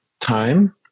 time